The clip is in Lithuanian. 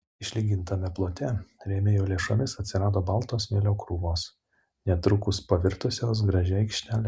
išlygintame plote rėmėjų lėšomis atsirado balto smėlio krūvos netrukus pavirtusios gražia aikštele